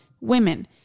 women